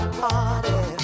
party